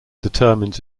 determines